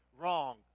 wrong